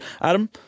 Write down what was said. Adam